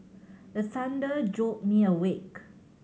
the thunder jolt me awake